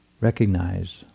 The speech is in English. recognize